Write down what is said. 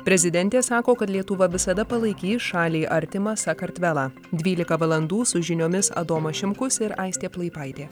prezidentė sako kad lietuva visada palaikys šaliai artima sakartvelą dvylika valandų su žiniomis adomas šimkus ir aistė plaipaitė